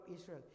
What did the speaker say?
Israel